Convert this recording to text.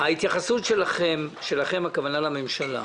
ההתייחסות שלכם, של הממשלה,